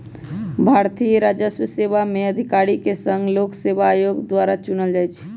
भारतीय राजस्व सेवा में अधिकारि के संघ लोक सेवा आयोग द्वारा चुनल जाइ छइ